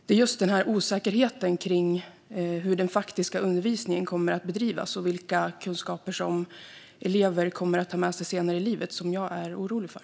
Det är just denna osäkerhet i fråga om hur den faktiska undervisningen kommer att bedrivas och vilka kunskaper elever kommer att ha med sig senare i livet som jag är orolig för.